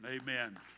Amen